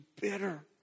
bitter